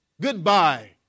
goodbye